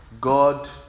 God